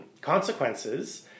consequences